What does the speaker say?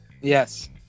yes